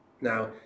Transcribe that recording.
now